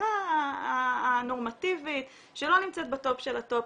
המשפחה הנורמטיבית שלא נמצאת בטופ של הטופ,